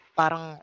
parang